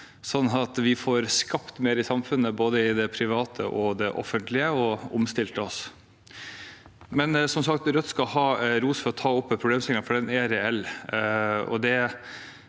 sånn at vi får skapt mer i samfunnet, både i det private og i det offentlige, og omstilt oss, men, som sagt, Rødt skal ha ros for å ta opp problemstillingen, for den er reell.